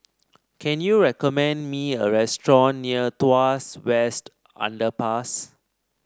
can you recommend me a restaurant near Tuas West Underpass